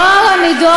טוהר המידות,